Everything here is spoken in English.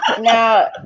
Now